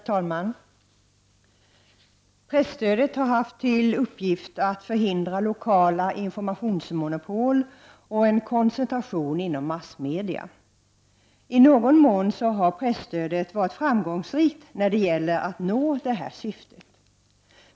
Herr talman! Presstödet har haft till uppgift att förhindra lokala informationsmonopol och en koncentration inom massmedia. I någon mån har presstödet varit framgångsrikt när det gäller att nå det syftet.